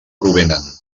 provenen